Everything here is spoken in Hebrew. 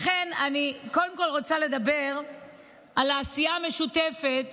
לכן, קודם כול אני רוצה לדבר על העשייה המשותפת